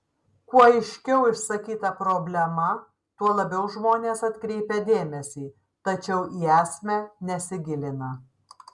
kuo aiškiau išsakyta problema tuo labiau žmonės atkreipia dėmesį tačiau į esmę nesigilina